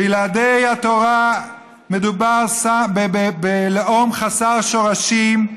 בלעדי התורה מדובר בלאום חסר שורשים,